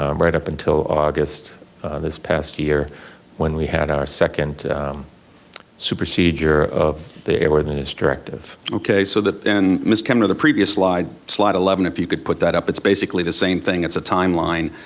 um right up until august this past year when we had our second supersedure of the airworthiness directive. okay, so and miss kemner, the previous slide, slide eleven if you could put that up, it's basically the same thing, it's a timeline.